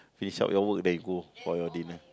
finish up your work then you go for your dinner